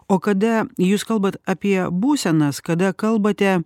o kada jūs kalbat apie būsenas kada kalbate